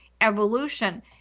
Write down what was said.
Evolution